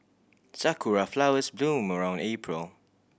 sakura flowers bloom around April